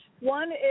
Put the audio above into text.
One